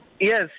Yes